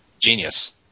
Genius